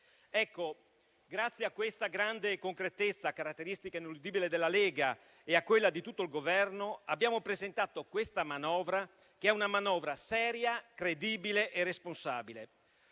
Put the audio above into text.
grazie a questa grande concretezza, caratteristica inudibile della Lega, e a quella di tutto il Governo, abbiamo presentato la manovra in esame, che è seria, credibile e responsabile,